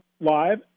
live